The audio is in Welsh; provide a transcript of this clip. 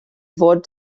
ddod